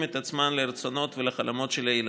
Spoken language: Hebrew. את עצמן לרצונות ולחלומות של הילדים.